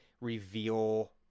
reveal